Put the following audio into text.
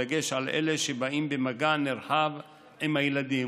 בדגש על אלה שבאים במגע נרחב עם הילדים.